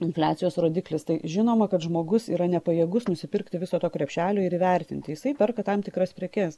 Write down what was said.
infliacijos rodiklis tai žinoma kad žmogus yra nepajėgus nusipirkti viso to krepšelio ir įvertinti jisai perka tam tikras prekes